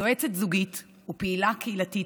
יועצת זוגית ופעילה קהילתית,